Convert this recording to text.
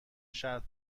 شرط